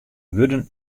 wurden